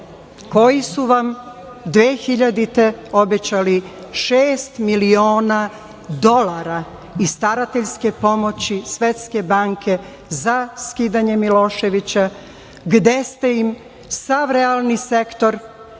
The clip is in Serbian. koji su vam 2000. godine obećali šest miliona dolara i starateljske pomoći Svetske banke za skidanje Miloševića, gde ste im sav realni sektor i